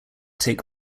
take